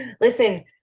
Listen